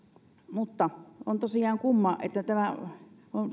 on tosiaan kumma että tämä asia on